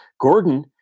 Gordon